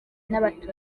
n’abatutsi